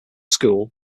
school